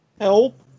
Help